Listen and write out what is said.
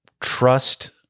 trust